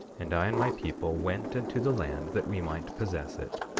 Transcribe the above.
and i and my people went into the land that we might possess it.